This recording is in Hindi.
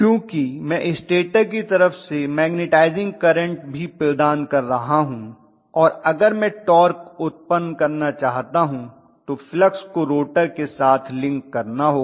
क्योंकि मैं स्टेटर की तरफ से मैग्नेटाइजिंग करंट भी प्रदान कर रहा हूं और अगर मैं टार्क उत्पन्न करना चाहता हूं तो फ्लक्स को रोटर के साथ लिंक करना होगा